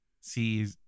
see